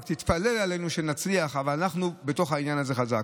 רק תתפלל עלינו שנצליח אבל אנחנו בתוך העניין הזה חזק.